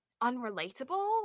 unrelatable